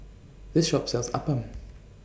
This Shop sells Appam